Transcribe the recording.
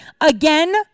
Again